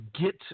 get